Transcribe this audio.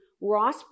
Ross